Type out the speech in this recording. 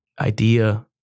idea